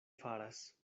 faras